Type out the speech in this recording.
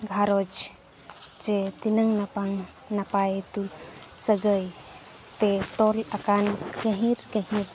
ᱜᱷᱟᱨᱚᱸᱡᱽ ᱡᱮ ᱛᱤᱱᱟᱹᱜ ᱱᱟᱯᱟᱭ ᱱᱟᱯᱟᱭ ᱥᱟᱹᱜᱟᱹᱛᱮ ᱛᱚᱞ ᱟᱠᱟᱱ ᱜᱟᱹᱦᱤᱨ ᱜᱟᱹᱦᱤᱨ